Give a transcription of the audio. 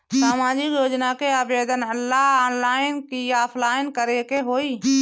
सामाजिक योजना के आवेदन ला ऑनलाइन कि ऑफलाइन करे के होई?